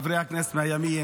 חברי הכנסת מהימין,